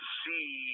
see